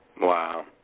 Wow